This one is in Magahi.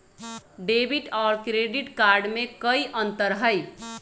डेबिट और क्रेडिट कार्ड में कई अंतर हई?